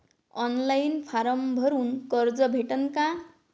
Online form भरून कर्ज भेटन का?